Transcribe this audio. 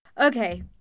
Okay